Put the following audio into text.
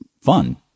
fun